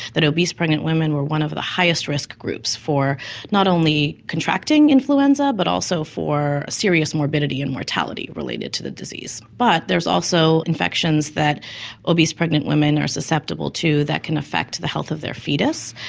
that obese pregnant women were one of the highest risk groups for not only contracting influenza but also for serious morbidity and mortality related to the disease. but there's also infections that obese pregnant women are susceptible to that can affect the health of their foetus.